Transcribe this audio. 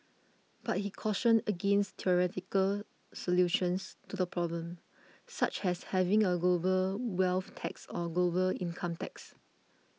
but he cautioned against theoretical solutions to the problem such as having a global wealth tax or global income tax